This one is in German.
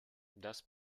das